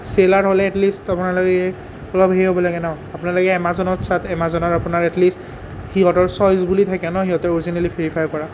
seller হ'লে at least আপোনালোকে অলপ হেৰি হ'ব লাগে ন আপোনালোকে এমাজনত চাওঁক এমাজনৰ আপোনাৰ এট লিষ্ট সিহঁতৰ চইছ বুলি থাকে ন সিহঁতে অ'ৰিজিনেলি ভেৰিফাই কৰা